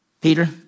Peter